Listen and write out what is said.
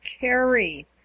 carry